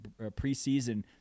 preseason